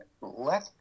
let